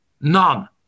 none